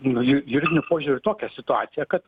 nu ju juridiniu požiūriu tokią situaciją kad